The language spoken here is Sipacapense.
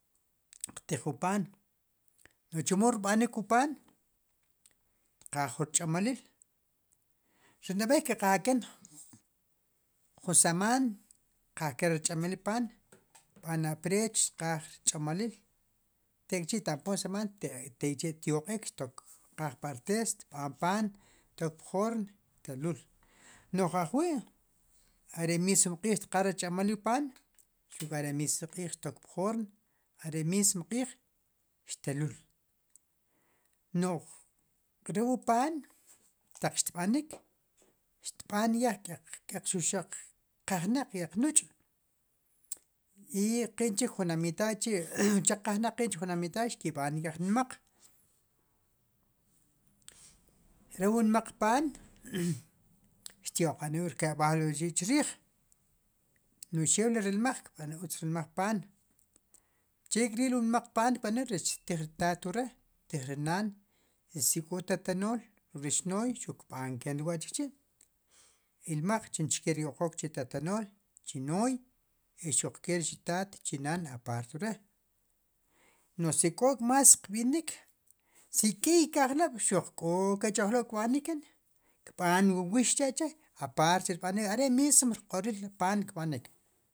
Qtij ju pan nu'chimo rb'anik ju pan kqaj ju rch'amalil ri nab'ey ke'qajaken ju seman kqaj ken re rch'amalil pan kb'an aprech kqaj rch'amalil tek'chi tampon semal tek'chi xyoq'ik xqaj pa'tes xb'an pan tok'pjorn telul noj ajwi are mis ri q'ij xqajre rch'amilil wu pan are mis re q'ij xto'k pjor are mis re q'ij xtelul n'uj re wu pan taq xb'anik tb'an ya xuxaq' k'ek nuch' i qin chi jujuntaq chi ucha qajnaq chi chu ju ju lamitad xkib'an nk'aj nma'q re wu nma'q pan xyoq'anul rkayb'al chrij nu'xeu li rilmaj kb'an utz rimaj pan chek'ril wu nmaq pan kb'anik rech qtij ri tat wure ttij ri naan si ko tatanool rech nooy xuq kb'anken rwa chi ilmaj chiche yoq'ok chi tatanool chi nooy i xuq ke re chitat chi naan apart wure nu si kok' mas qb'inik si k'ij ke ajklob' ko ke kech ajk'lob' kb'anken kb'an wu wix chachre apr chre rbanik aremis wu rq'oril kb'anken